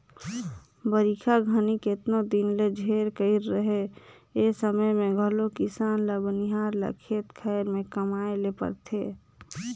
बरिखा घनी केतनो दिन ले झेर कइर रहें ए समे मे घलो किसान ल बनिहार ल खेत खाएर मे कमाए ले परथे